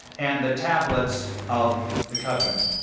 and the tablets of the covenant.